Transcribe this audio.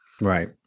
right